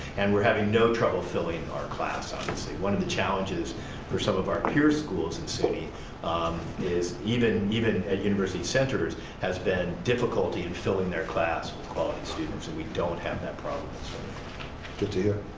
and we're having no trouble filling our class, obviously. one of the challenges for some of our peer schools in city is even even at university centers has been difficulty in and filling their class with quality students, and we don't have that problem. good to hear.